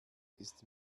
ist